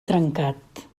trencat